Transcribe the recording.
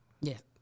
yes